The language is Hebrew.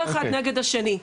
לא אחד נגד השני.